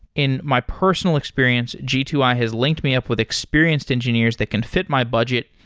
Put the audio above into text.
in my personal experience, g two i has linked me up with experienced engineers that can fit my budget,